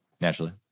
naturally